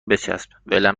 بچسب، ولم